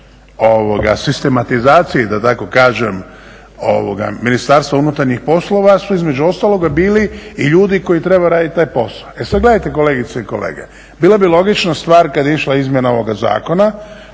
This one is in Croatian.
sistematizaciji da tako kažem Ministarstva unutarnjih poslova su između ostaloga bili i ljudi koji trebaju radit taj posao. E sad gledajte kolegice i kolege, bila bi logična stvar kad je išla izmjena ovoga zakona